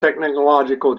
technological